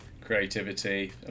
creativity